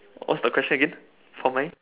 what's the question again for mine